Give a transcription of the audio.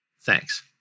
Thanks